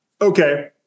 Okay